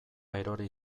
erori